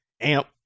amp